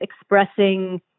expressing